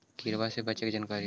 किड़बा से बचे के जानकारी?